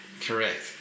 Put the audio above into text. correct